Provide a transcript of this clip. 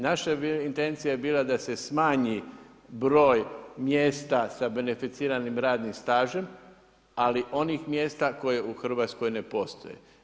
Naša intencija je bila da se smanji broj mjesta sa beneficiranim radnim stažem, ali onih mjesta koje u RH ne postoje.